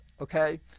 Okay